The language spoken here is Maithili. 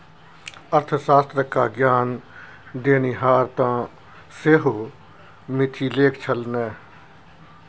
अर्थशास्त्र क ज्ञान देनिहार तँ सेहो मिथिलेक छल ने